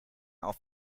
auf